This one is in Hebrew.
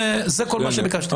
זה כל מה שביקשתי.